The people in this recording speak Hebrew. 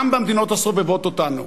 גם במדינות הסובבות אותנו.